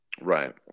Right